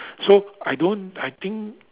so I don't I think